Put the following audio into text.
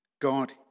God